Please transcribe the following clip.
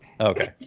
Okay